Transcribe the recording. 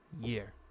year